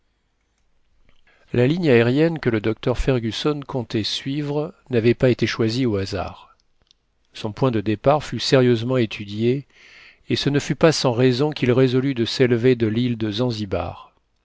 la ligne aérienne que le docteur fergusson comptait suivre n'avait pas été choisie au hasard son point de départ fut sérieusement étudié et ce ne fut pas sans raison qu'il résolut de s'élever de l'île de zanzibar